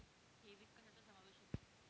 ठेवीत कशाचा समावेश होतो?